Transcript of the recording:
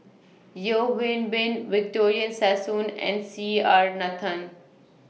Yeo Hwee Bin Victoria Sassoon and C R Nathan